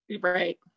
right